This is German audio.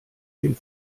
den